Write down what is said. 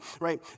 right